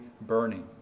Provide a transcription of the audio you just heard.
burning